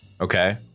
okay